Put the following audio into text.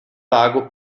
lago